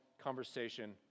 conversation